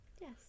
Yes